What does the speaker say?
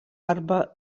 arba